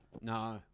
No